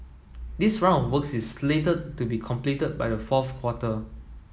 this round of works is slated to be completed by the fourth quarter